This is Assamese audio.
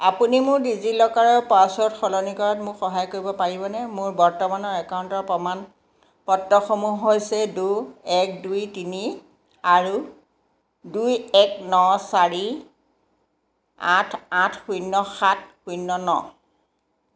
আপুনি মোৰ ডিজিলকাৰৰ পাছৱৰ্ড সলনি কৰাত মোক সহায় কৰিব পাৰিবনে মোৰ বৰ্তমানৰ একাউণ্টৰ প্ৰমাণপত্ৰসমূহ হৈছে ডো এক দুই তিনি আৰু দুই এক ন চাৰি আঠ আঠ শূন্য সাত শূন্য ন